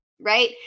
Right